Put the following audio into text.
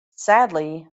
sadly